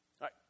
right